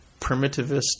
primitivist